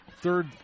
third